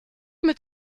mit